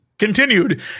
Continued